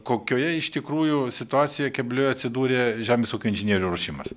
kokioje iš tikrųjų situacijoj keblioj atsidūrė žemės ūkio inžinierių ruošimas